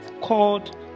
called